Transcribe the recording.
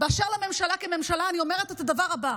באשר לממשלה כממשלה, אני אומרת את הדבר הבא: